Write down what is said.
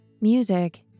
music